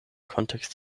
kontext